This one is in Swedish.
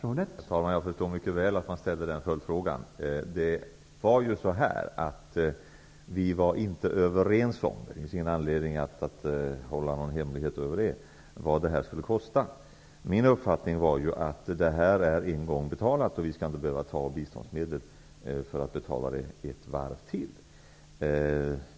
Herr talman! Jag förstår mycket väl att man ställer den följdfrågan. Men vi var inte överens om -- det finns ingen anledning att hålla det hemligt -- vad det skulle få kosta. Min uppfattning var att det här var en gång betalat och att vi inte skulle behöva ta biståndsmedel för att betala det så att säga ett varv till.